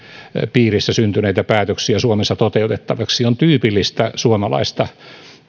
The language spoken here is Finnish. piirissä syntyneitä päätöksiä suomessa toteutettaviksi on tyypillistä suomalaista